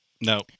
No